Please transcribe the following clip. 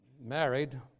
married